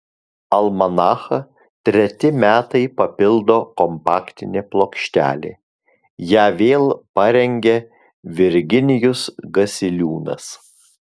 almanachą treti metai papildo kompaktinė plokštelė ją vėl parengė virginijus gasiliūnas